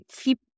keep